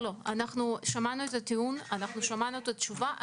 שמענו את הטיעון, שמענו את התשובה.